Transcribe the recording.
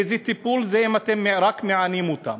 איזה טיפול זה אם אתם רק מענים אותם?